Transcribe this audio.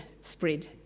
spread